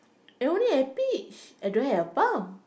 I only have peach I don't have a palm